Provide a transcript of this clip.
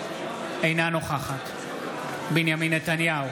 אינה נוכחת בנימין נתניהו,